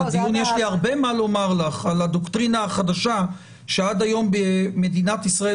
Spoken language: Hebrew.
יש לי הרבה מה לומר לך על הדוקטרינה החדשה שעד היום במדינת ישראל